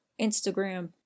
Instagram